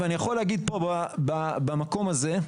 ואני יכול להגיד פה במקו הזה,